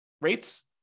rates